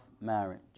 marriage